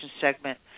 segment